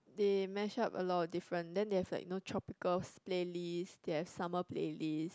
they mash up a lot of different then they've like you know tropical playlist they have summer playlist